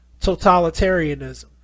totalitarianism